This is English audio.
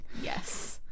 Yes